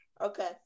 Okay